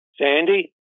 Sandy